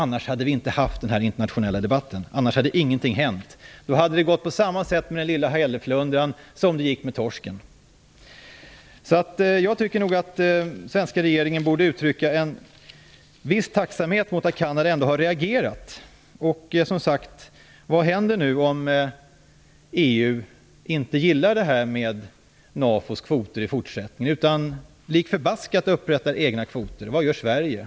Annars hade vi inte haft den här internationella debatten. Annars hade ingenting hänt. Då hade det gått på samma sätt med den lilla hälleflundran som det gick med torsken. Jag tycker nog att den svenska regeringen borde uttrycka en viss tacksamhet mot att Kanada ändå har reagerat. Sverige?